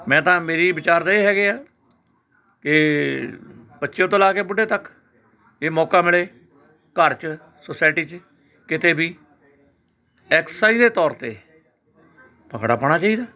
ਮੈਂ ਤਾਂ ਮੇਰੀ ਵਿਚਾਰ ਤਾਂ ਇਹ ਹੈਗੇ ਆ ਇਹ ਬੱਚਿਓ ਤੋਂ ਲਾ ਕੇ ਬੁੱਢੇ ਤੱਕ ਇਹ ਮੌਕਾ ਮਿਲੇ ਘਰ 'ਚ ਸੋਸਾਇਟੀ 'ਚ ਕਿਤੇ ਵੀ ਐਕਸਸਾਈਜ਼ ਦੇ ਤੌਰ 'ਤੇ ਭੰਗੜਾ ਪਾਉਣਾ ਚਾਹੀਦਾ